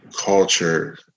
culture